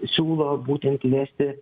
siūlo būtent įvesti